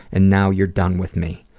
and, now you're done with me.